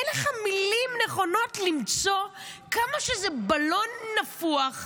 אין לך מילים נכונות למצוא כמה שזה בלון נפוח,